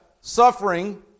suffering